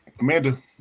Amanda